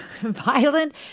Violent